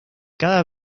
cada